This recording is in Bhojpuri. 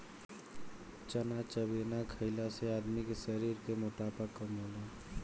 चना चबेना खईला से आदमी के शरीर के मोटापा कम होला